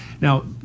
Now